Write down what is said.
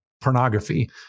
pornography